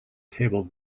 table